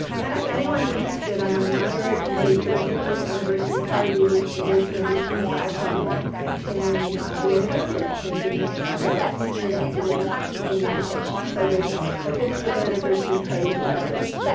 and if anyone's interested, i'm on the honorary committee for the fiftieth anniversary party, which is in richmond, california in the end of february. if anybody wants to go, see me afterwards. i'll give you an invitation. so there's a fiftieth anniversary party for everest. but